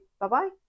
Bye-bye